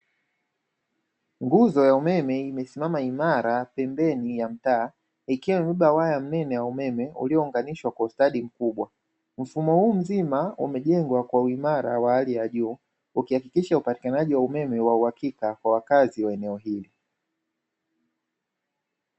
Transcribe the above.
Nguzo ya umeme imesimama imara pembeni ya mtaa ikiwa imebeba waya mnene wa umeme uliounganishwa kwa ustadi mkubwa, mfumo huu mzima umejengwa kwa uimara wa hali ya juu, ukihakikisha upatikanaji wa umeme wa uhakika kwa wakazi wa eneo hili.